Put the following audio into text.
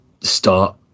start